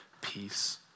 peace